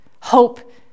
Hope